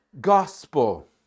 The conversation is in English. gospel